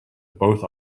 both